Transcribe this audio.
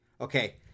okay